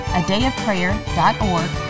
adayofprayer.org